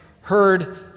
heard